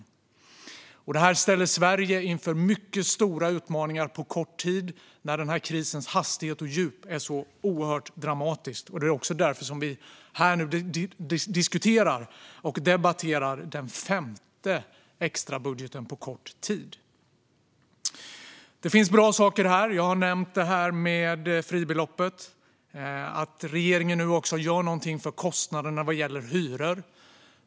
Denna dramatiska och djupa kris ställer Sverige inför mycket stora utmaningar på kort tid, och det är också därför som vi nu diskuterar och debatterar den femte extrabudgeten på kort tid. Det finns bra saker här. Jag har nämnt fribeloppet. Regeringen gör nu också någonting för kostnader vad gäller hyror.